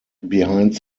behind